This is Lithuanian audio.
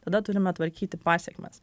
tada turime tvarkyti pasekmes